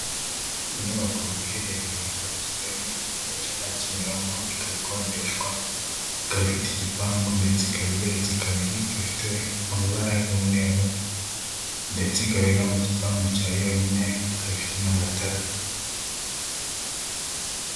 Inyubako iherereye muri Kigali mu gace ka Kimironko, ikaba ikodeshwa ikafite igipangu ndetse ikaba igeretse kabiri, ikaba ifite amabara y'umweru ndetse ikaba ari no mu gipangu cya yonyine ikaba ifite n'amatara.